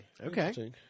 Okay